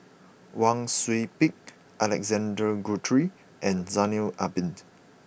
Wang Sui Pick Alexander Guthrie and Zainal Abidin